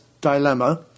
dilemma